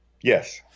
Yes